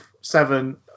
Seven